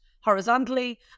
horizontally